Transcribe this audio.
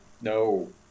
no